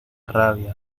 rabia